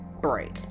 break